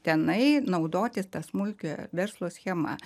tenai naudotis ta smulkiojo verslo schema